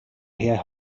her